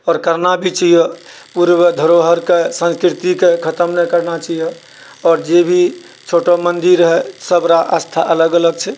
आओर करना भी चाहिए पूर्व धरोहरके संस्कृतिके खतम नहि करना चाहिए आओर जे भी छोट मन्दिर सब रऽ आस्था अलग अलग छै